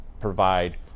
provide